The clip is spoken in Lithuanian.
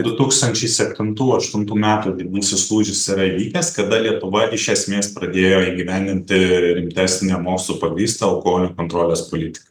du tūkstančiai septintų aštuntų metų didysis lūžis yra įvykęs kada lietuva iš esmės pradėjo įgyvendinti rimtesnę mokslu pagrįstą alkoholio kontrolės politiką